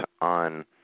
on